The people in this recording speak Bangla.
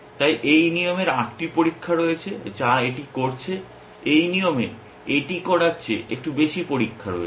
তাই এই নিয়মের আটটি পরীক্ষা রয়েছে যা এটি করছে এই নিয়মে এটি করার চেয়ে একটু বেশি পরীক্ষা রয়েছে